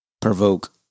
provoke